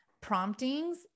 promptings